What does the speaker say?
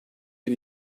bir